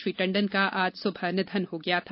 श्री टंडन का आज सुबह निधन हो गया था